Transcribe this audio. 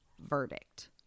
verdict